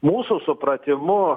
mūsų supratimu